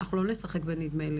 אנחנו לא נשחק בנדמה לי.